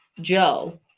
Joe